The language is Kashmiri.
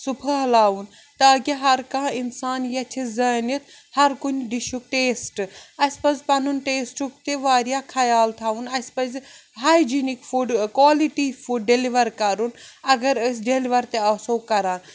سُہ پھٔہلاوُن تاکہِ ہر کانٛہہ اِنسان یَژھِ زٲنِتھ ہر کُنہِ ڈِشُک ٹیسٹہٕ اَسہِ پَزِ پَنُن ٹیسٹُک تہِ واریاہ خیال تھاوُن اَسہِ پَزِ hygienic food quality food deliver کَرُن اگر أسۍ ڈیٚلِوَر تہِ آسو کَران